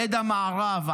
הד המערב,